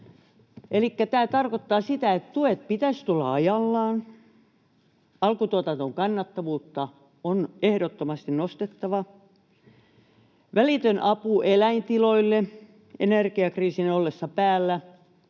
tämä tarkoittaa sitä, että tukien pitäisi tulla ajallaan. Alkutuotannon kannattavuutta on ehdottomasti nostettava — välitön apu eläintiloille energiakriisin ollessa päällä.